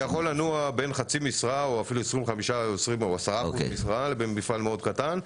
זה יכול לנוע בין חצי משרה או 25% או 10% משרה במפעל קטן מאוד,